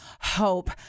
hope